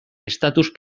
estatus